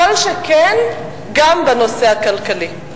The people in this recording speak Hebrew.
כל שכן גם בנושא הכלכלי.